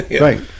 right